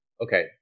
okay